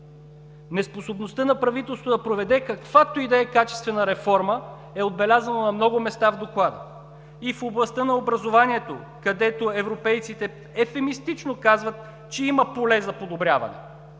Неспособността на правителството да проведе каквато и да е качествена реформа е отбелязано на много места в Доклада. И в областта на образованието, където европейците евфемистично казват, че има поле за подобряване.